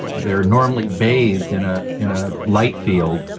they're normally bathed in ah in a light field.